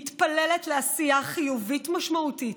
אני מתפללת לעשייה חיובית משמעותית,